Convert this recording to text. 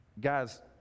Guys